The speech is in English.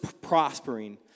prospering